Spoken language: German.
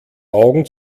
augen